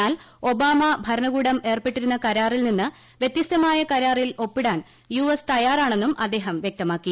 എന്നാൽ ഒബാമ ഭരണകൂടം ഏർപ്പെട്ടിരുന്ന കരാറിൽ നിന്ന് വൃത്യസ്തമായ കരാറിൽ ഒപ്പിടാൻ യുഎസ് തയ്യാറാണെന്നും അദ്ദേഹം വൃക്തമാക്കി